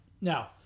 Now